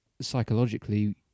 psychologically